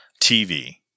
TV